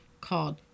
called